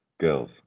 girls